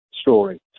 story